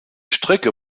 strecke